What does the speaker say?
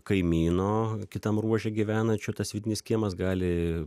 kaimyno kitam ruože gyvenančio tas vidinis kiemas gali